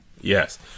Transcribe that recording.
Yes